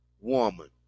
woman